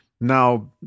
Now